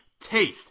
taste